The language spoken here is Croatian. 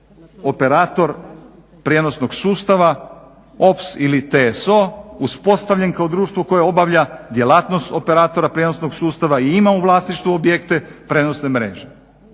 operator prijenosnog sustava OPS ili TSO uspostavljen kao društvo koje obavlja djelatnost operatora prijenosnog sustava i ima u vlasništvu objekte prijenosne mreže.